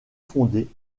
fondés